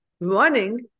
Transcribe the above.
running